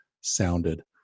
sounded